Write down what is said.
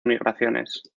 migraciones